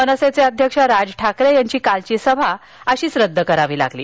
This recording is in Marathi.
मनसेचे अध्यक्ष राज ठाकरे यांची कालची सभा अशीच रद्द करावी लागली